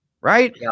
right